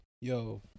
yo